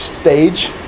stage